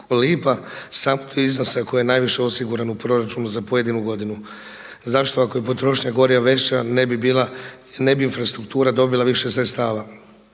lipa samo do iznosa koji je najviše osiguran u proračunu za pojedinu godinu. Zašto ako je potrošnja goriva veća ne bi bila i ne bi infrastruktura dobila više sredstava.